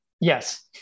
yes